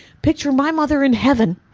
picture my mother in heaven,